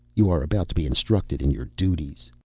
you are about to be instructed in your duties.